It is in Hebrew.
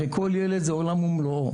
הרי כל ילד זה עולם ומלואו.